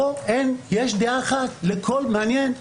פה אין, יש דעה אחת, מעניין.